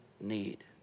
need